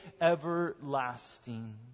everlasting